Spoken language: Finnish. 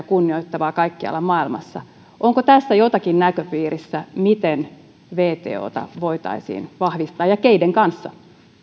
kunnioittavaa kaikkialla maailmassa onko tästä jotakin näköpiirissä miten wtota voitaisiin vahvistaa ja keiden kanssa